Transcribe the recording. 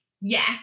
yes